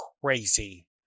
crazy